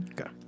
okay